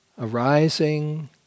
Arising